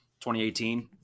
2018